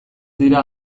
dira